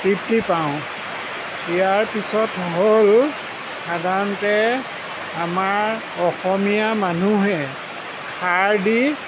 তৃপ্তি পাওঁ ইয়াৰ পিছত হ'ল সাধাৰণতে আমাৰ অসমীয়া মানুহে খাৰ দি